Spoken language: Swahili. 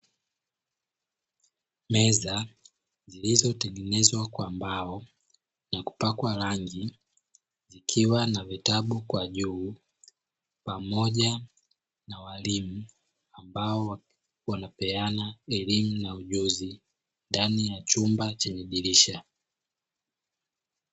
Meza zilizotengenezwa kwa mbao na kupakwa rangi zikiwa na vitabu kwa juu pamoja na walimu ambao, wanapeana elimu na ujuzi ndani ya chumba chenye dirisha.